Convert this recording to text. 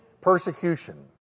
persecution